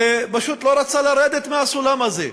ופשוט לא רצה לרדת מהסולם הזה.